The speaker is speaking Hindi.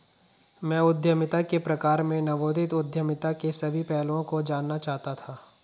मैं उद्यमिता के प्रकार में नवोदित उद्यमिता के सभी पहलुओं को जानना चाहता था